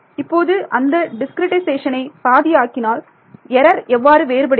இப்போது அந்த டிஸ்கிரிட்டைசேஷனை பாதி ஆக்கினால் எரர் எவ்வாறு வேறுபடுகிறது